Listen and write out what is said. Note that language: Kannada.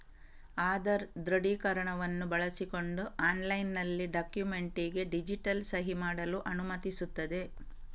ಆಧಾರ್ ದೃಢೀಕರಣವನ್ನು ಬಳಸಿಕೊಂಡು ಆನ್ಲೈನಿನಲ್ಲಿ ಡಾಕ್ಯುಮೆಂಟಿಗೆ ಡಿಜಿಟಲ್ ಸಹಿ ಮಾಡಲು ಅನುಮತಿಸುತ್ತದೆ